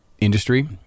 industry